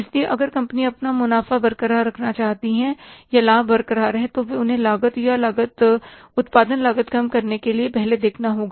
इसलिए अगर कंपनियां अपना मुनाफ़ा बरकरार रखना चाहती हैं या लाभ बरकरार है तो उन्हें लागत या उत्पादन लागत कम करने के लिए पहले देखना होगा